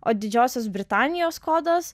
o didžiosios britanijos kodas